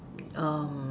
um